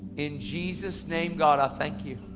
in jesus name, god, i thank you.